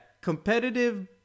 competitive